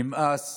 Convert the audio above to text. נמאס